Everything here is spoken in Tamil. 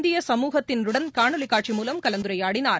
இந்திய சமூகத்தினருடன் காணொலி காட்சி மூலம் கலந்துரையாடினார்